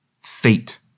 fate